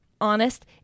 honest